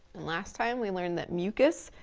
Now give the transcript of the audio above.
last time we learned that mucus,